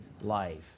life